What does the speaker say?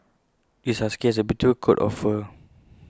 this husky has A beautiful coat of fur